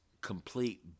complete